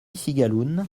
cigaloun